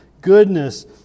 goodness